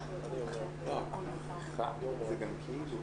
לגבי האוניברסיטה הפתוחה.